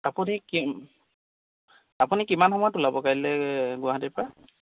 আপুনি কি আপুনি কিমান সময়ত ওলাব কাইলৈ গুৱাহাটীৰপৰা